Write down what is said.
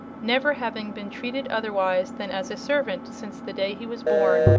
never having been treated otherwise than as a servant since the day he was born,